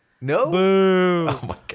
No